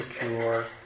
secure